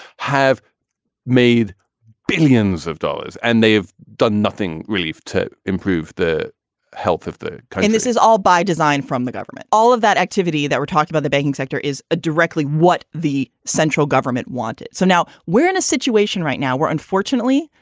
have made billions of dollars and they've done nothing really to improve the health of the and this is all by design from the government. all of that activity that we're talking about, the banking sector is ah directly what the central government wanted. so now we're in a situation right now where unfortunately,